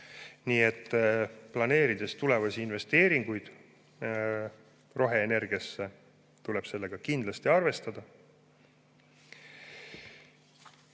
Nii et planeerides tulevasi investeeringuid roheenergiasse, tuleb seda kindlasti arvestada. Tulevikule